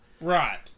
Right